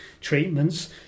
treatments